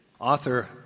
Author